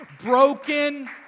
broken